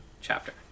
chapter